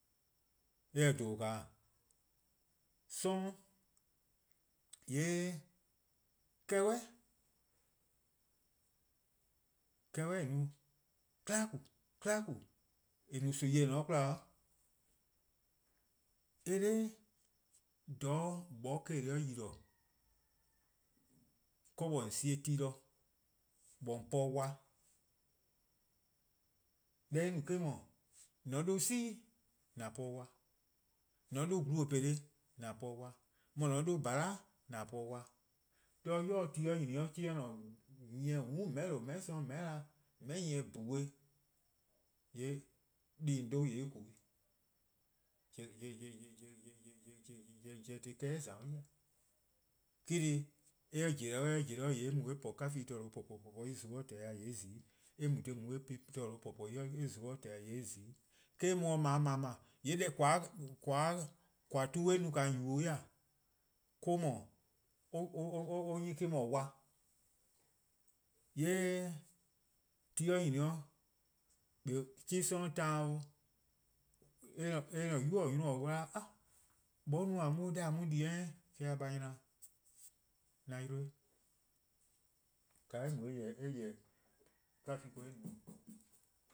Eh :se :dhoo: na :e? 'Sororn' :yee' 'kehbeh', 'kehbeh' :eh no 'klakun: 'klakun: :eh no-a nimi-eh :eh :ne-a 'de 'kwla, eh 'da, :dha 'moeh se-a 'de yi-dih 'de :mor :on 'ye ti 'de sie' :on 'ye wa po, de eh no-a, :mor :on 'dhu 'si :an po 'wa, :mor :on 'dhu gle-peleh :an po 'wa, :mor mor :on 'dhu :bhala' :an po 'wa,: 'de ybei' :mot ti 'nyne 'o, :mor 'chuh+: > :ne nyieh, :mm', :meheh'lo:, :meheh' 'sorn, :meheh'na, :meheh'nyieh, :bhue', :yee' deh :on 'dhu-a 'ye en ku-'. pobo: deh 'kehbeh' za-a' ya :e? Eh-: :korn dhih :mor eh pobo-dih eh pobo-dih :yee' eh mu eh po kavan:+ :dha :due po, po, po, :mor en zluh :tehn ya :yee' eh zi-', :mor eh mu :yee' eh po-eh :dha :due' po, po, po :yee' eh zi-', :eh-: eh mu no-' noooo:. :yee' :koan: tu eh nu-a yubo-eh :e? Or-: 'dhu, or 'nyne :mor 'wa. :yee' :mor ti 'nyne 'o, :eh beh 'chuh+ 'sororn' taan 'o, eh-: 'nynuu: 'nynor+ en 'da 'a, 'moeh-a no-a on 'o deh :a mu di-eh: :yee' eh 'da, a :nyna-dih 'an yi 'de eh mo eh :yeh-dih kavan:+ ken eh no-a kor kor kor,